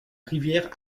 rivière